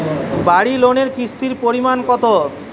বাড়ি লোনে কিস্তির পরিমাণ কত?